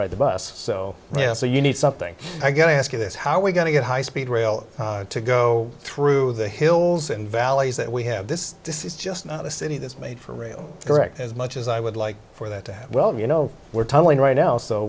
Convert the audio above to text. ride the bus so yeah so you need something i got to ask you this how are we going to get high speed rail to go through the hills and valleys that we have this this is just not a city that's made for rail direct as much as i would like for that well you know we're telling right now so